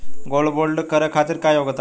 Gold bond करे खातिर का योग्यता बा?